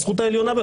הזכות העליונה,